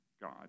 God